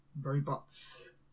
robots